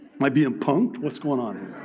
am i being punked. what's going on